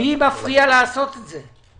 מי מפריע לעשות את זה?